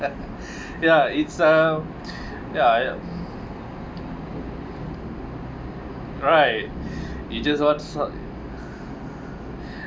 ya is um yup right you just want to swap